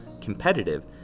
competitive